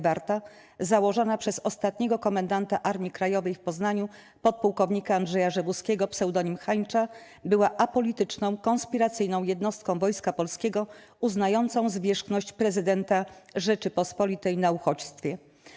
Warta', założona przez ostatniego komendanta Armii Krajowej w Poznaniu ppłk. Andrzeja Rzewuskiego, ps. 'Hańcza', była apolityczną, konspiracyjną jednostką Wojska Polskiego uznającą zwierzchność Prezydenta Rzeczypospolitej na Uchodźstwie.